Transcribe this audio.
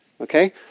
Okay